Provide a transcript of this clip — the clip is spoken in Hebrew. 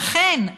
ואכן,